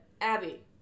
abby